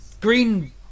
green